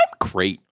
great